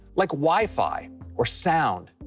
like wi-fi or sound.